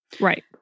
Right